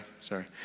Sorry